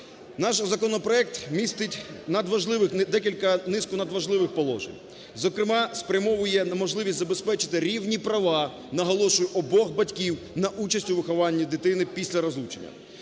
Наш законопроект містить надважливих, низку надважливих положень. Зокрема спрямовує на можливість забезпечити рівні права, наголошую, обох батьків на участь у вихованні дитини після розлучення.